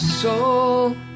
soul